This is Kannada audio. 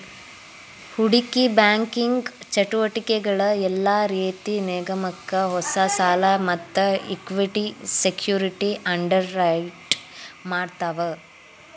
ಹೂಡಿಕಿ ಬ್ಯಾಂಕಿಂಗ್ ಚಟುವಟಿಕಿಗಳ ಯೆಲ್ಲಾ ರೇತಿ ನಿಗಮಕ್ಕ ಹೊಸಾ ಸಾಲಾ ಮತ್ತ ಇಕ್ವಿಟಿ ಸೆಕ್ಯುರಿಟಿ ಅಂಡರ್ರೈಟ್ ಮಾಡ್ತಾವ